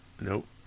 Nope